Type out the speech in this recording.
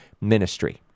ministry